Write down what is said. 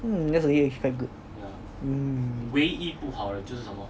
mm that's really quite good mm